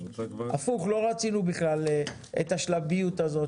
הפוך, לא רצינו בכלל את השלביות הזאת